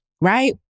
Right